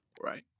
right